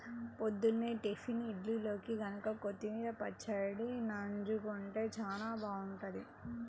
పొద్దున్నే టిఫిన్ ఇడ్లీల్లోకి గనక కొత్తిమీర పచ్చడి నన్జుకుంటే చానా బాగుంటది